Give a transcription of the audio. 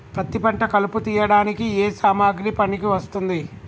పత్తి పంట కలుపు తీయడానికి ఏ సామాగ్రి పనికి వస్తుంది?